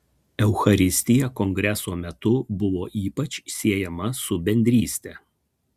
eucharistija kongreso metu buvo ypač siejama su bendryste